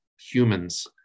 humans